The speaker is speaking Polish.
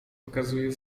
okazuje